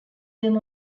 them